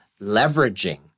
leveraging